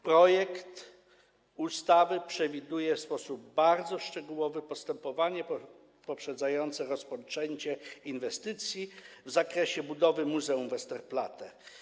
Projekt ustawy przewiduje w sposób bardzo szczegółowy postępowanie poprzedzające rozpoczęcie inwestycji w zakresie budowy muzeum Westerplatte.